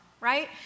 right